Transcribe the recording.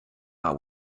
our